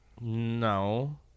No